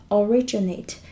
originate